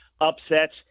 upsets